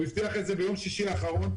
הוא הבטיח את זה ביום שישי האחרון.